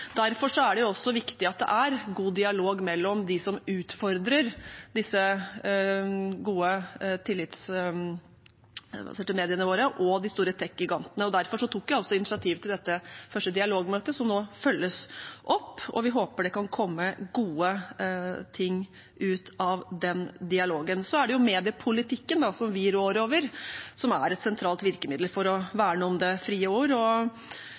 Derfor er det også så viktig at det er god dialog mellom dem som utfordrer disse gode tillitsfylte mediene våre og de store teknologigigantene. Derfor tok jeg initiativ til dette første dialogmøtet, som nå følges opp. Vi håper det kan komme gode ting ut av den dialogen. Så er mediepolitikken vi rår over et sentralt virkemiddel for å verne om det frie ord. I Hurdalsplattformen slår regjeringen fast at vi skal sikre ytringsfriheten nettopp gjennom de frie mediene, og der er omleggingen og styrkingen av mediepolitikken og